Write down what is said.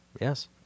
Yes